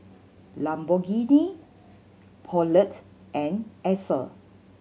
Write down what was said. Lamborghini Poulet and Acer